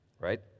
right